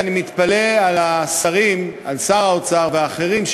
אני מתפלא על שר האוצר ועל שרים אחרים,